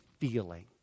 feeling